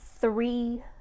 three